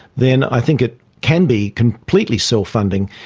then i think it can be completely self-funding.